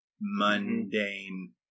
mundane